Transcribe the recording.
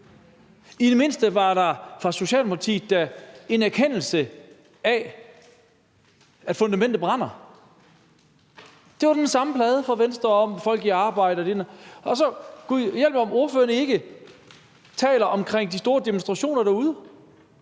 I det mindste var der fra Socialdemokratiet da en erkendelse af, at fundamentet brænder. Det var den samme plade fra Venstre om folk i arbejde, og så gudhjælpemig, om ordføreren ikke taler om de store demonstrationer derude.